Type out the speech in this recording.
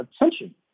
attention